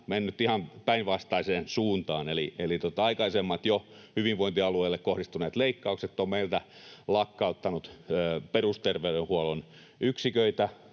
menneet ihan päinvastaiseen suuntaan, eli jo aikaisemmat hyvinvointialueille kohdistuneet leikkaukset ovat lakkauttaneet perusterveydenhuollon yksiköitä